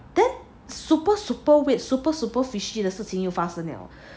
then super super weird super super fishy 的事情又发生了